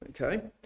Okay